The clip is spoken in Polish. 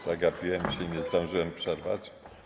Zagapiłem się, nie zdążyłem przerwać.